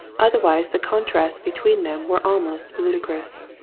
otherwise the contrasts between them were almost ludicrous.